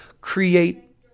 create